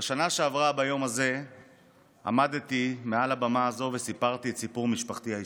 בשנה שעברה ביום הזה עמדתי מעל הבמה הזו וסיפרתי את סיפור משפחתי האישי,